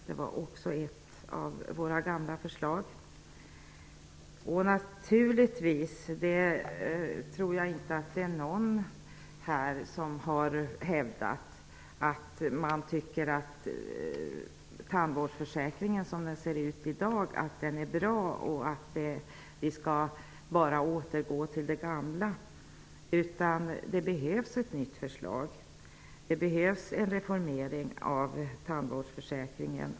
Det var också ett av våra gamla förslag. Jag tror inte att någon här har hävdat att tandvårdsförsäkringen är bra som den ser ut i dag och att vi skall återgå till det gamla. Det behövs ett nytt förslag. Det behövs en reformering av tandvårdsförsäkringen.